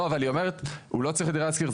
לא אבל היא אומרת הוא לא צריך את דירה להשכיר.